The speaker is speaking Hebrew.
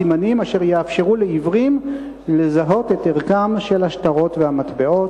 סימנים אשר יאפשרו לעיוורים לזהות את ערכם של השטרות והמטבעות.